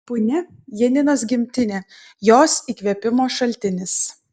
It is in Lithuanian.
punia janinos gimtinė jos įkvėpimo šaltinis